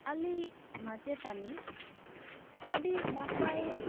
ᱟᱞᱮᱭᱤᱡ ᱢᱟᱪᱮᱛᱟᱹᱱᱤ ᱟᱹᱰᱤ ᱱᱟᱯᱟᱭ